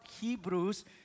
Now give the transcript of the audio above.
Hebrews